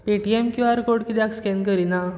pay T M Q R code कित्याक scan करीना